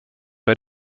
bei